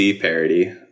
parody